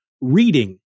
reading